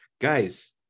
Guys